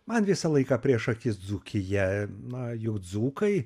man visą laiką prieš akis dzūkija na jau dzūkai